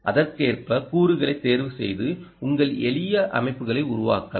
அதற்கேற்ப கூறுகளைத் தேர்வுசெய்து உங்கள் எளிய அமைப்புகளை உருவாக்கலாம்